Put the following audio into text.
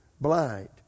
blind